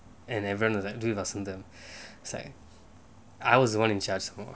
and everyone was like do in vasantham it's like I was the one in charge